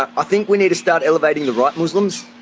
i think we need to start elevating the right muslims.